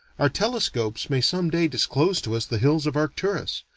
our telescopes may some day disclose to us the hills of arcturus,